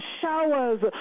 showers